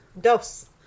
Dos